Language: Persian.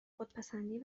خودپسندی